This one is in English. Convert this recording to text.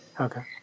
Okay